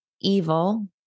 evil